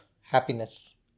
happiness